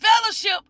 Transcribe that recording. fellowship